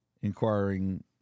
inquiring